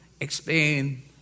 explain